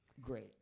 Great